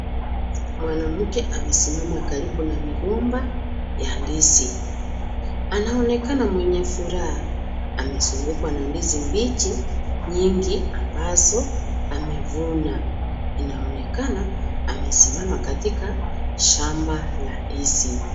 Mwanamke amesimama karibu na migomba ya ndizi. Anaonekana mwenye furaha. Amezungukwa na ndizi mbichi, nyingi ambazo amevuna. Inaonekana amesimama katika shamba la ndizi.